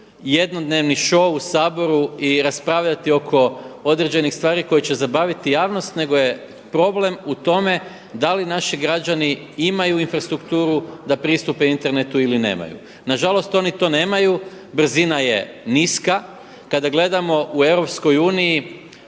jednodnevni show u Saboru i raspravljati oko određenih stvari koje će zabaviti javnost nego je problem u tome da li naši građani imaju infrastrukturu da pristupe internetu ili nemaju. Nažalost oni to nemaju, brzina je niska. Kada gledamo u EU